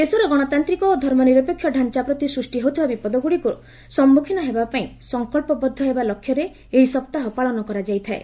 ଦେଶର ଗଣତାନ୍ତିକ ଓ ଧର୍ମନିରପେକ୍ଷ ଢାଞ୍ଚା ପ୍ରତି ସୃଷ୍ଟି ହେଉଥିବା ବିପଦଗୁଡ଼ିକୁ ସମ୍ମୁଖୀନ ହେବାପାଇଁ ସଙ୍କଚ୍ଚବଦ୍ଧ ହେବା ଲକ୍ଷ୍ୟରେ ଏହି ସପ୍ତାହ ପାଳନ କରାଯାଇଥାଏ